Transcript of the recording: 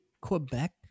Quebec